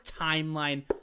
timeline